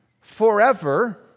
forever